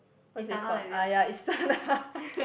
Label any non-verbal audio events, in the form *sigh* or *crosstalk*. what's it called ah ya Istana *laughs*